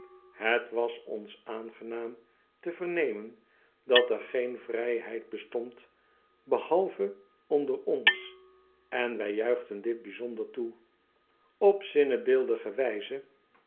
het was ons aangenaam te vernemen dat er geen vrijheid bestond behalve onder ons en wij juichten dit bijzonder toe op zinnebeeldige wijze